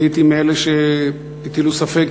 אני הייתי מאלה שהטילו ספק,